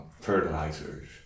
fertilizers